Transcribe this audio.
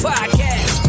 Podcast